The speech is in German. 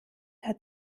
hat